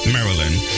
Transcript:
Maryland